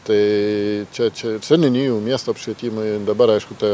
tai čia čia ir seniūnijų miesto apšvietimui dabar aišku ta